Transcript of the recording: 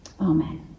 Amen